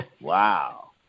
Wow